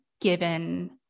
given